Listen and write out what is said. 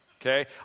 okay